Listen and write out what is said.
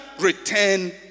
return